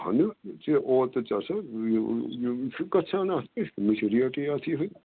اَہنوٗ یہِ ژےٚ اوترٕ ژےٚ سا یی چھُ گژھان اَتھ کیٛاہ چھُ مےٚ چھِ ریٹھٕے اتھ یِہَے